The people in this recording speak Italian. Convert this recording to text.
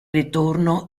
ritorno